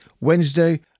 Wednesday